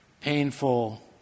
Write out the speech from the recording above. painful